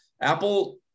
Apple